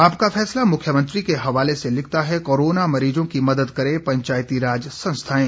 आपका फैसला मुख्यमंत्री के हवाले से लिखता है कोरोना मरीजों की मदद करें पंचायतीराज संस्थाएं